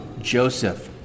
Joseph